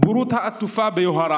בורות העטופה ביוהרה,